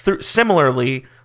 similarly